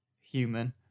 human